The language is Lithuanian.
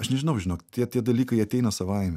aš nežinau žinok tie tie dalykai ateina savaime